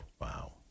Wow